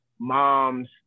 moms